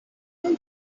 دلم